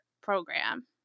program